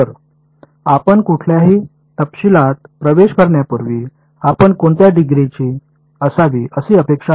तर आपण कुठल्याही तपशिलात प्रवेश करण्यापूर्वी आपण कोणत्या डिग्रीची असावी अशी अपेक्षा आहे